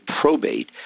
probate